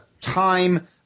time